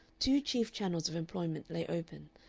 two chief channels of employment lay open,